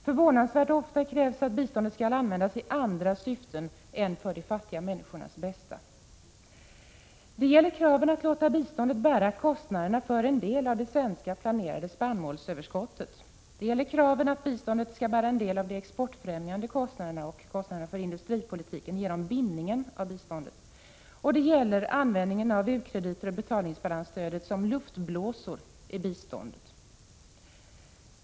Förvånansvärt ofta krävs att biståndet skall användas i andra syften än för de fattiga människornas bästa. Det gäller kraven att låta biståndet bära kostnaderna för en del av det svenska planerade spannmålsöverskottet, kraven att biståndet skall bära en del av de exportfrämjande kostnaderna och kostnaderna för industripolitiken genom bindningen av biståndet, och det gäller användningen av u-krediter och betalningsbalansstödet som luftblåsor i biståndet.